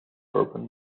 urban